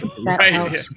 Right